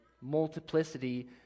multiplicity